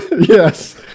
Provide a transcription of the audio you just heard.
Yes